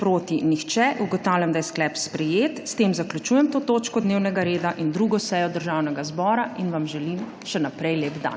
proti nihče. (Za je glasovalo 76.) (Proti nihče.) Ugotavljam, da je sklep sprejet. S tem zaključujem to točko dnevnega reda in 2. sejo Državnega zbora in vam želim še naprej lep dan.